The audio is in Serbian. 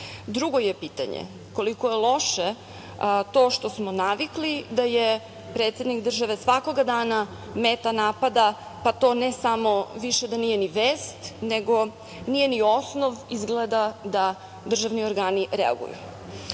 dela? Drugo je pitanje koliko je loše to što smo navikli da je predsednik države svakoga dana meta napada, pa to ne samo više da nije ni vest, nego nije ni osnov izgleda da državni organi reaguju. Kako